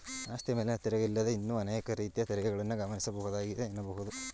ಆಸ್ತಿಯ ಮೇಲಿನ ತೆರಿಗೆ ಇದಲ್ಲದೇ ಇನ್ನೂ ಅನೇಕ ರೀತಿಯ ತೆರಿಗೆಗಳನ್ನ ಗಮನಿಸಬಹುದಾಗಿದೆ ಎನ್ನಬಹುದು